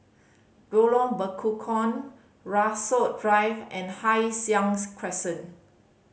Lorong Bekukong Rasok Drive and Hai Sing Crescent